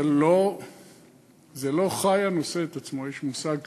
זה לא חי הנושא את עצמו, יש מושג כזה.